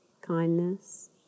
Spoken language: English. kindness